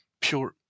pure